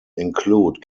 include